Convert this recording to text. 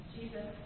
Jesus